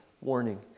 warning